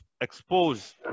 expose